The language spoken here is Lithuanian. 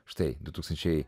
štai du tūkstančiai